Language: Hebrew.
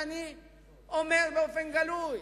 אני אומר באופן גלוי: